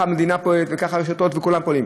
המדינה פועלת וככה הרשתות וכולם פועלים,